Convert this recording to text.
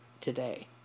today